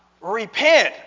repent